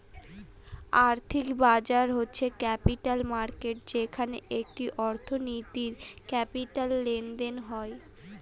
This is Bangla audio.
আর্থিক বাজার হচ্ছে ক্যাপিটাল মার্কেট যেখানে একটি অর্থনীতির ক্যাপিটাল লেনদেন হয়